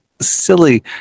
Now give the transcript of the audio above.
silly